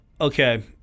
okay